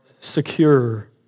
Secure